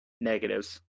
negatives